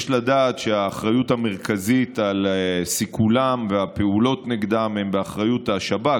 יש לדעת שהאחריות המרכזית על סיכולם והפעולות נגדם היא של השב"כ,